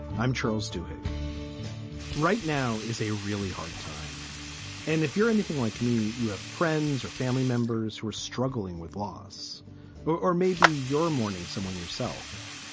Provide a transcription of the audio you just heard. i'm troll's. do right now is a really hard time and if you're anything like me, you have friends or family members who are struggling with loss but or maybe your mourning someone yourself.